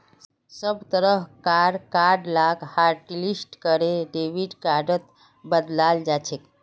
सब तरह कार कार्ड लाक हाटलिस्ट करे डेबिट कार्डत बदलाल जाछेक